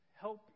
help